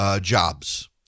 jobs